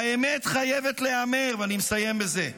האמת חייבת להיאמר, ואני מסיים בזה: